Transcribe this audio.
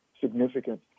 significant